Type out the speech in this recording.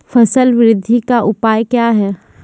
फसल बृद्धि का उपाय क्या हैं?